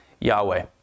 Yahweh